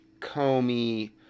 Comey